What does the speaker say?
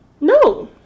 No